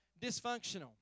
dysfunctional